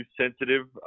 sensitive